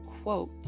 Quote